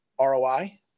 ROI